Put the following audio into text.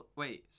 wait